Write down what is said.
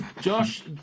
Josh